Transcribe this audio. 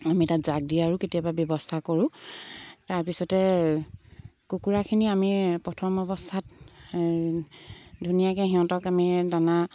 আমি তাত জাগ দিয়াৰো কেতিয়াবা ব্যৱস্থা কৰোঁ তাৰপিছতে কুকুৰাখিনি আমি প্ৰথম অৱস্থাত ধুনীয়াকৈ সিহঁতক আমি দানা